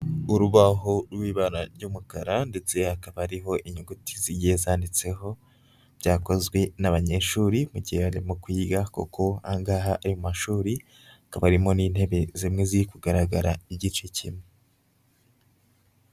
Urubaho rw'ibara ry'umukara, ndetse hakaba hariho inyuguti zigiye zanditseho, byakozwe n'abanyeshuri mu gihe barimo kwiga kuko aha ngaha aya mashuri akaba arimo n'intebe, zimwe ziri kugaragara igice kimwe.